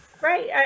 right